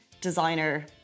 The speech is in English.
designer